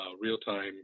real-time